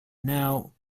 now